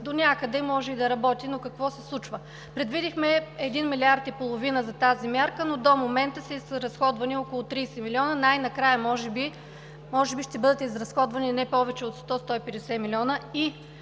донякъде може и да работи, но какво се случва? Предвидихме един милиард и половина за тази мярка, но до момента са изразходвани около 30 милиона, най-накрая може би ще бъдат изразходвани не повече от 100 – 150 милиона